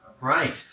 right